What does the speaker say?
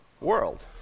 world